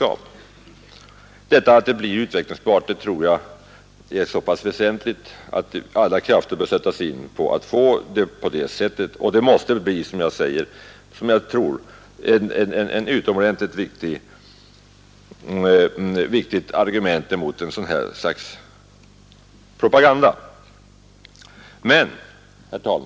Att det svenska handelsavtalet blir utvecklingsbart tror jag är så pass väsentligt att alla krafter bör sättas in på att förverkliga den målsätt ningen. Det måste, tror jag, bli ett utomordentligt viktigt argument mot den här angivna negativa propagandan mot vårt land.